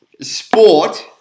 sport